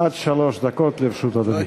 עד שלוש דקות לרשות אדוני.